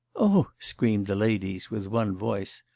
oh! screamed the ladies with one voice.